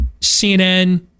CNN